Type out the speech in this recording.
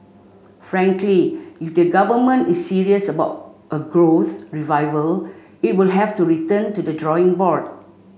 frankly if the government is serious about a growth revival it will have to return to the drawing board